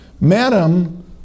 Madam